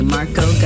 Marco